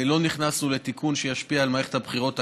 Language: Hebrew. לא נכנסנו לתיקון שישפיע על מערכת הבחירות הקיימת,